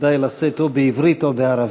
כדאי לשאת או בעברית או בערבית.